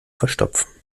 verstopfen